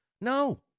No